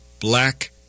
black